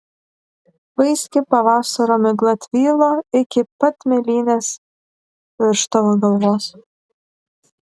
vaiski pavasario migla tvylo iki pat mėlynės virš tavo galvos